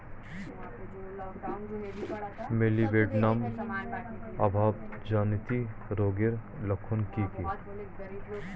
Molybdenum অভাবজনিত রোগের লক্ষণ কি কি?